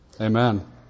Amen